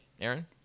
Aaron